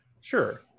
Sure